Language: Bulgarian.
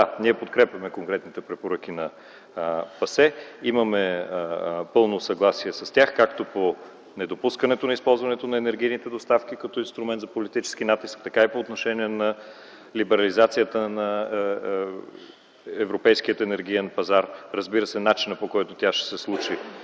ние подкрепяме конкретните препоръки на ПАСЕ. Имаме пълно съгласие с тях както по недопускането на използването на енергийните доставки като инструмент за политически натиск, така и по отношение на либерализацията на европейския енергиен пазар. Разбира се, начинът, по който тя ще се случи